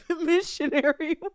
missionary